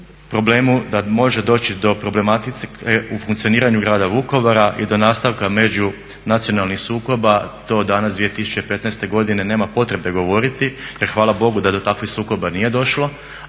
problemu da može doći do problematike u funkcioniranju Grada Vukovara i do nastavka međunacionalnih sukoba, to danas 2015. godine nema potrebe govoriti jer hvala Bogu da do takvih sukoba nije došlo